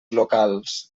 locals